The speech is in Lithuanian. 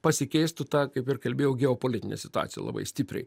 pasikeistų ta kaip ir kalbėjau geopolitinė situacija labai stipriai